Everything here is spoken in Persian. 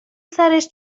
سرش